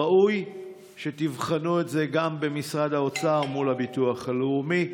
ראוי שתבחנו את זה גם במשרד האוצר מול הביטוח הלאומי,